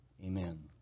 Amen